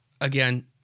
again